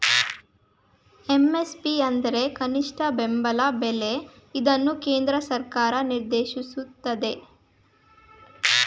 MSP ಅಂದ್ರೆ ಕನಿಷ್ಠ ಬೆಂಬಲ ಬೆಲೆ ಇದನ್ನು ಕೇಂದ್ರ ಸರ್ಕಾರ ನಿರ್ದೇಶಿಸುತ್ತದೆ